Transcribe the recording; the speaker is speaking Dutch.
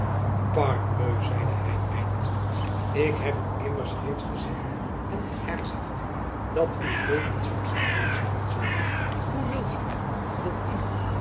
parbleu zeide hy eindelijk ik heb u immers reeds gezegd en herzegd dat uw rol niets verachtelijks hebben zal hoe wilt gy dan dat iemand